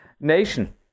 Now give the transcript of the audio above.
nation